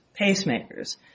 pacemakers